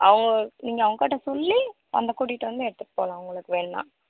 அவங்க நீங்கள் அவங்கட்ட சொல்லி வந்து கூட்டிகிட்டு வந்து எடுத்துகிட்டு போகலாம் உங்களுக்கு வேண்னா